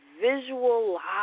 visualize